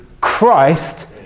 christ